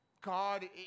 God